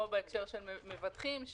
כאן בהקשר של מבטחים,